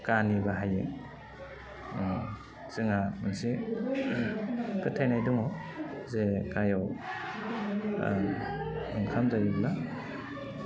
काहनि बाहायो जोंहा मोनसे फोथायनाय दङ जे काहयाव ओंखाम जायोब्ला